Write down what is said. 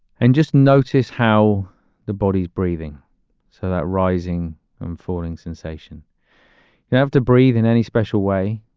and just notice how the body's breathing so that rising and falling sensation you have to breathe in any special way.